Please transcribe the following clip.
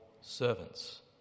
servants